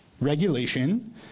regulation